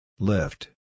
Lift